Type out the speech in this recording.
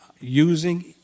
using